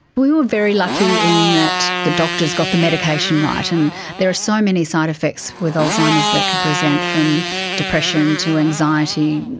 we were very lucky in that the doctors got the medication right. and there are so many side-effects with alzheimer's that can present, from depression to anxiety,